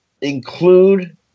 include